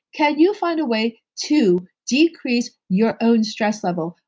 can you find a way to decrease your own stress level,